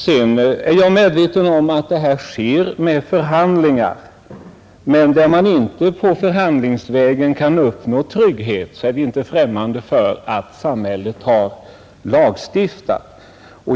Sedan är jag medveten om att AFA-försäkringen är ett resultat av förhandlingar, men om man inte förhandlingsvägen kan skapa den trygghet man önskar, så är vi ju inte främmande för att samhället lagstiftar.